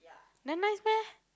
that nice meh